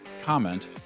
comment